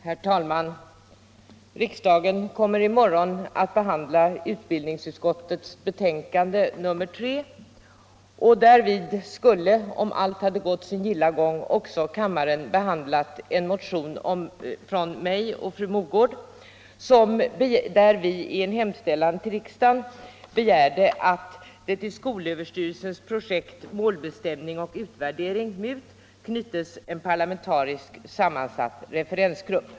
Herr talman! Riksdagen kommer i morgon att behandla utbildningsutskottets betänkande nr 3. Därvid skulle, om allt hade gått sin gilla gång, kammaren också behandlat en motion från fru Mogård och mig i vilken vi i en hemställan till riksdagen begärde att det till skolöverstyrelsens projekt Målbestämning och utvärdering i skolan, MUT, skall knytas en parlamentariskt sammansatt referensgrupp.